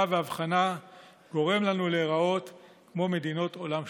והבחנה גורם לנו להיראות כמו מדינות עולם שלישי.